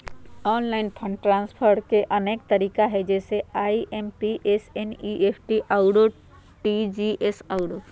online fund transfer के अनेक तरिका हइ जइसे आइ.एम.पी.एस, एन.ई.एफ.टी, आर.टी.जी.एस आउरो